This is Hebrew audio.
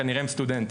כנראה הם סטודנטים.